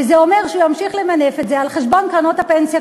וזה אומר שהוא ימשיך למנף את זה על חשבון קרנות הפנסיה,